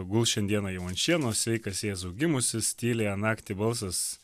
guls šiandieną jau ant šieno sveikas jėzau gimusis tyliąją naktį balsas